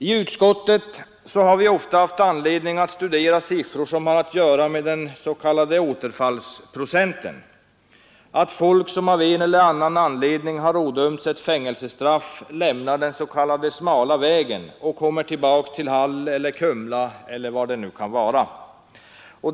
I utskottet har vi ofta haft anledning att studera siffror som har att göra med återfallsprocenten, alltså att människor som av en eller annan anledning har ådömts ett fängelsestraff lämnar den s.k. smala vägen och kommer tillbaka till Hall eller Kumla eller var det nu kan vara.